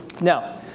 Now